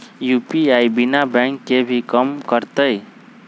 UPI बिना bank के भी कम करतै?